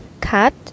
Cut